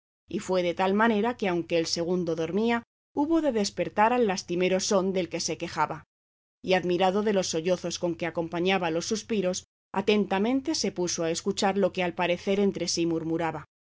y fue de tal manera que aunque el segundo dormía hubo de despertar al lastimero son del que se quejaba y admirado de los sollozos con que acompañaba los suspiros atentamente se puso a escuchar lo que al parecer entre sí murmuraba